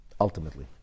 ultimately